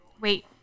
Wait